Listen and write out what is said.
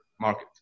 market